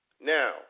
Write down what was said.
Now